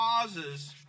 causes